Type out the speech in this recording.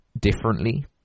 differently